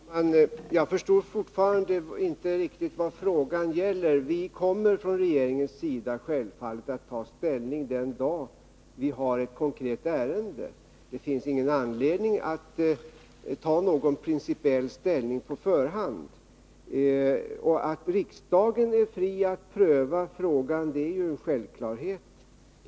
Herr talman! Jag förstår fortfarande inte riktigt vad frågan gäller. Vi kommer från regeringens sida självfallet att ta ställning den dag vi har ett konkret ärende. Det finns ingen anledning att ta principiell ställning på förhand. Att riksdagen är fri att pröva frågan är ju en självklarhet.